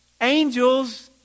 Angels